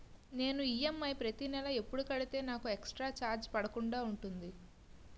నేను ఈ.ఎమ్.ఐ ప్రతి నెల ఎపుడు కడితే నాకు ఎక్స్ స్త్ర చార్జెస్ పడకుండా ఉంటుంది?